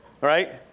right